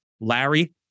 Larry